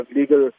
legal